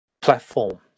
platform